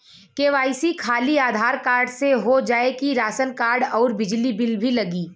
KYC खाली Aadhaar card से हो जाए कि राशन कार्ड अउर बिजली बिल भी लगी?